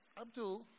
Abdul